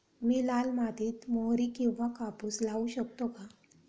मी लाल मातीत मोहरी किंवा कापूस लावू शकतो का?